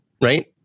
right